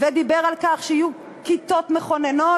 ודיבר על כך שיהיו כיתות מקוונות,